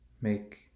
make